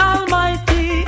Almighty